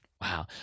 Wow